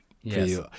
yes